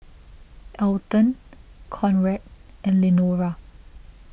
Alton Conrad and Lenora